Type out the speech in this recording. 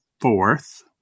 fourth